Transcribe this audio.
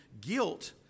guilt